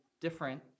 different